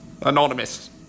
Anonymous